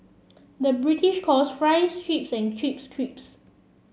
the British calls fries chips and chips crisps